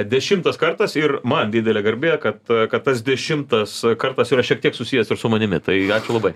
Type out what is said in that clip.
dešimtas kartas ir man didelė garbė kad kad tas dešimtas kartas yra šiek tiek susijęs ir su manimi tai ačiū labai